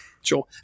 Sure